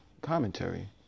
commentary